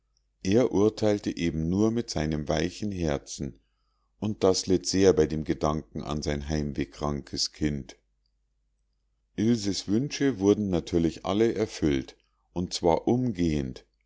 er urteilte eben nur mit seinem weichen herzen und das litt sehr bei dem gedanken an sein heimwehkrankes kind ilses wünsche wurden natürlich alle erfüllt und zwar umgehend